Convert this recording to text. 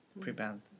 prevent